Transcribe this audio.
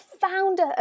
founder